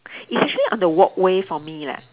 it's actually on the walkway for me leh